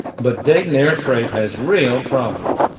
but dayton air freight has real problems.